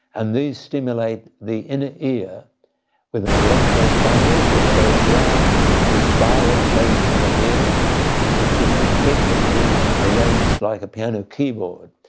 and these stimulate the inner ear with an electrode bundle that goes around this spiral shaped inner ear of different frequencies arranged like a piano keyboard.